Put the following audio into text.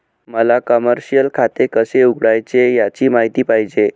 मला कमर्शिअल खाते कसे उघडायचे याची माहिती पाहिजे